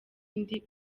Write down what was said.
indi